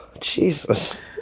Jesus